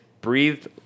breathed